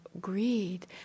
greed